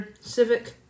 civic